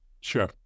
sure